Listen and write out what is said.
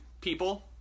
people